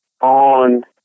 on